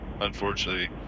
unfortunately